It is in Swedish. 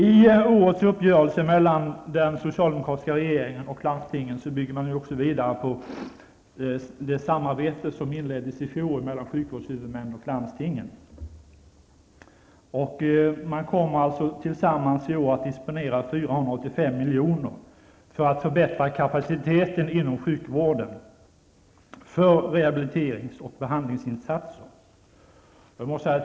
I årets uppgörelse mellan den socialdemokratiska regeringen och landstingen byggde man vidare på det samarbete som inleddes i fjol mellan sjukvårdshuvudmännen och landstingen. I år kommer man tillsammans att disponera 485 miljoner för att kunna förbättra kapaciteten inom sjukvården och för rehabiliterings och behandlingsinsatser.